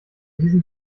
diesen